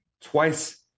twice